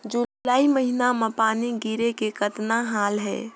जुलाई महीना म पानी गिरे के कतना हाल हे?